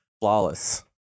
flawless